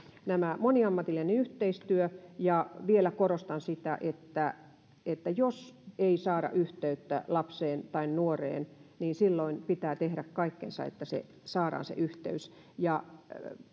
tämä moniammatillinen yhteistyö ja vielä korostan sitä että että jos ei saada yhteyttä lapseen tai nuoreen niin silloin pitää tehdä kaikkensa että saadaan se yhteys